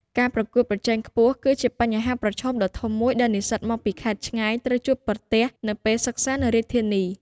ការប្រកួតប្រជែងខ្ពស់គឺជាបញ្ហាប្រឈមដ៏ធំមួយដែលនិស្សិតមកពីខេត្តឆ្ងាយត្រូវជួបប្រទះនៅពេលសិក្សានៅរាជធានី។